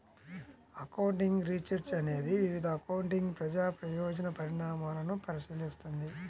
accounting research అనేది వివిధ accounting ప్రజా ప్రయోజన పరిణామాలను పరిశీలిస్తుంది